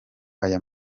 aya